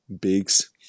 bigs